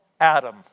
Adam